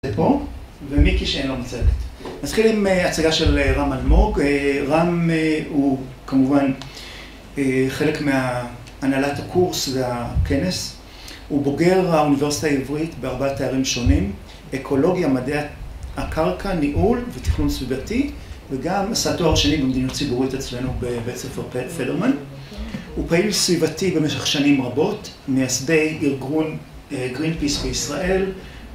‫זה פה, ומיקי שאין לנו צוות. ‫נתחיל עם הצגה של רם אלמוג. ‫רם הוא כמובן חלק מהנהלת ‫הקורס והכנס. ‫הוא בוגר האוניברסיטה העברית ‫בארבעת תארים שונים, ‫אקולוגיה, מדעי הקרקע, ‫ניהול, ותכנון סביבתי, ‫וגם עשה תואר שני במדינות ציבורית ‫אצלנו בבית הספר פדרמן. ‫הוא פעיל סביבתי במשך שנים רבות, ‫מייסדי אירגרון גרין-פיס ישראל,